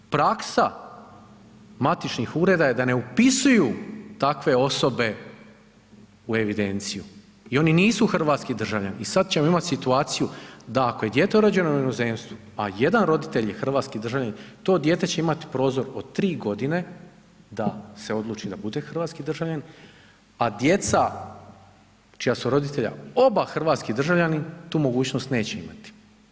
Praksa matičnih ureda je da ne upisuju takve osobe u evidenciju i oni nisu hrvatski državljani i sad ćemo imati situaciju da ako je dijete rođeno u inozemstvu, a jedan roditelj je hrvatski državljanin, to dijete će imati prozor od 3.g. da se odluči da bude hrvatski državljanin, a djeca čija su roditelja oba hrvatski državljani, tu mogućnost neće imati.